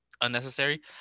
unnecessary